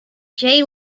jay